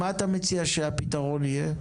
מה אתה מציע שהפתרון יהיה?